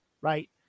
right